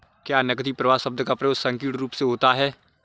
क्या नकदी प्रवाह शब्द का प्रयोग संकीर्ण रूप से होता है?